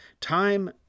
Time